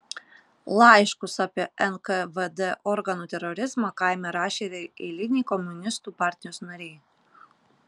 laiškus apie nkvd organų terorizmą kaime rašė ir eiliniai komunistų partijos nariai